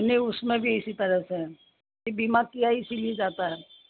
नहीं उसमें भी इसी तरह से हैं बीमा किया ही इसीलिए जाता है